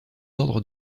ordres